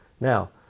Now